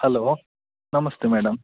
hello namaste madam